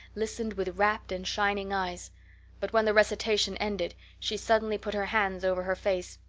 listened with rapt and shining eyes but when the recitation ended she suddenly put her hands over her face.